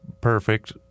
perfect